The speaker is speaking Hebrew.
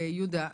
יהודה.